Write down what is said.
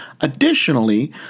Additionally